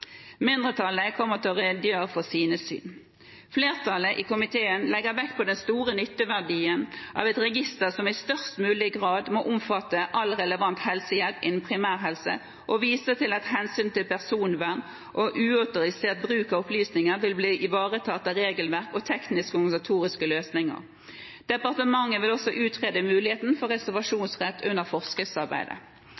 Mindretallet kommer til å redegjøre for sitt syn senere. Flertallet i komiteen legger vekt på den store nytteverdien av et register som i størst mulig grad må omfatte all relevant helsehjelp innen primærhelse, og viser til at hensynet til personvern og uautorisert bruk av opplysninger vil bli ivaretatt av regelverk og tekniske og organisatoriske løsninger. Departementet vil under forskriftsarbeidet også utrede muligheten for